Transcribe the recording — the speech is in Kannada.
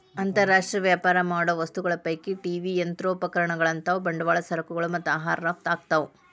ಅಂತರ್ ರಾಷ್ಟ್ರೇಯ ವ್ಯಾಪಾರ ಮಾಡೋ ವಸ್ತುಗಳ ಪೈಕಿ ಟಿ.ವಿ ಯಂತ್ರೋಪಕರಣಗಳಂತಾವು ಬಂಡವಾಳ ಸರಕುಗಳು ಮತ್ತ ಆಹಾರ ರಫ್ತ ಆಕ್ಕಾವು